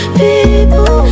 people